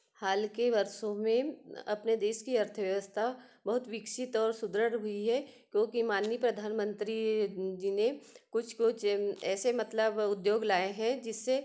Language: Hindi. हाल के वर्षों में अपने देश की अर्थव्यवस्था बहुत विकसित और सुदृढ़ हुई है क्योंकि माननीय प्रधानमंत्री जी ने कुछ कुछ ऐसे मतलब उद्योग लाए हैं जिससे